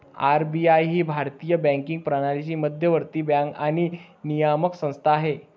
RBI ही भारतीय banking प्रणालीची मध्यवर्ती बँक आणि नियामक संस्था आहे